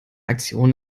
aktion